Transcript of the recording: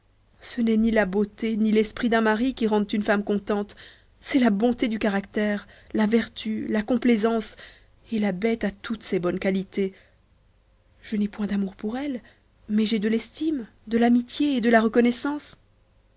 ce n'est ni la beauté ni l'esprit d'un mari qui rendent une femme contente c'est la bonté du caractère la vertu la complaisance et la bête a toutes ces bonnes qualités je n'ai point d'amour pour elle mais j'ai de l'estime de l'amitié de la reconnaissance